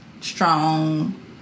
strong